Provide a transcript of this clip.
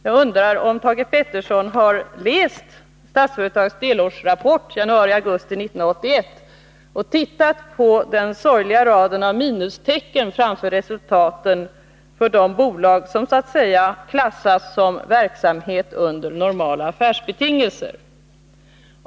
Jag undrar om Thage Peterson har läst Statsföretags delårsrapport för januari-augusti 1981 och tittat på den sorgliga raden av minustecken framför resultaten för de bolag som så att säga klassats som ”verksamhet under normala affärsbetingelser”.